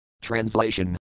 Translation